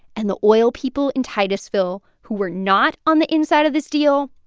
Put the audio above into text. and the oil people in titusville who were not on the inside of this deal,